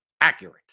accurate